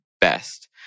best